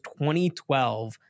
2012